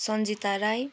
Sanjita Rai